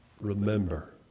Remember